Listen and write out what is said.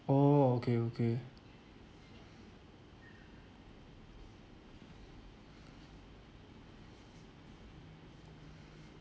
oh okay okay